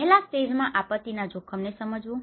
પહેલા સ્ટેજમાં આપત્તિના જોખમને સમજવું